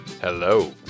Hello